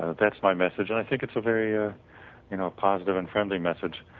ah that's my message. and i think it's a very ah you know positive and friendly message,